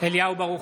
אליהו ברוכי,